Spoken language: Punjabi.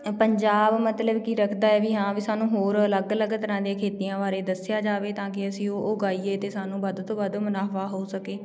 ਪੰਜਾਬ ਮਤਲਬ ਕੀ ਰੱਖਦਾ ਵੀ ਹਾਂ ਵੀ ਸਾਨੂੰ ਹੋਰ ਅਲੱਗ ਅਲੱਗ ਤਰ੍ਹਾਂ ਦੀਆਂ ਖੇਤੀਆਂ ਬਾਰੇ ਦੱਸਿਆ ਜਾਵੇ ਤਾਂ ਕਿ ਅਸੀਂ ਉਹ ਉਗਾਈਏ ਅਤੇ ਸਾਨੂੰ ਵੱਧ ਤੋਂ ਵੱਧ ਮੁਨਾਫ਼ਾ ਹੋ ਸਕੇ